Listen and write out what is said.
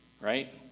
right